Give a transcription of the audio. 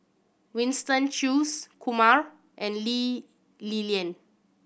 Winston Choos Kumar and Lee Li Lian